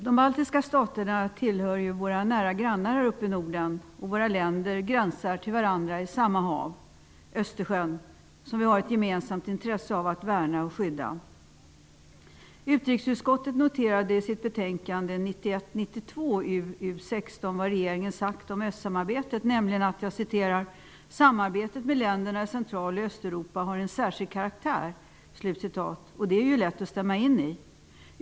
Herr talman! De baltiska staterna tillhör våra nära grannar här uppe i Norden. Våra länder gränsar till varandra i samma hav, Östersjön, som vi har ett gemensamt intresse av att värna och skydda. 1991/92:UU16 vad regeringen sagt om östsamarbetet, nämligen att ''Samarbetet med länderna i Central och Östeuropa har en särskild karaktär.'' Och det är det ju lätt att instämma i.